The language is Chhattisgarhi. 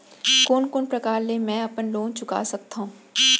कोन कोन प्रकार ले मैं अपन लोन चुका सकत हँव?